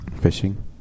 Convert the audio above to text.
Fishing